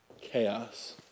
chaos